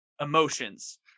emotions